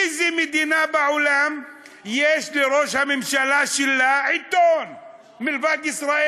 באיזו מדינה בעולם יש לראש הממשלה שלה עיתון מלבד ישראל?